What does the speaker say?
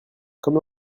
comme